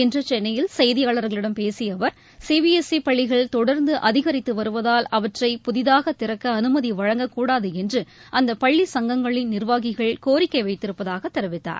இன்று சென்னையில் செய்தியாளர்களிடம் பேசிய அவர் சீபிஎஸ்இ பள்ளிகள் தொடர்ந்து அதிகரித்து வருவதால் அவற்றை புதிதாக திறக்க அனுமதி வழங்கக்கூடாது என்று அந்த பள்ளி சங்கங்களின் நிர்வாகிகள் கோரிக்கை வைத்திருப்பதாக தெரிவித்தார்